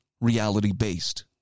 reality-based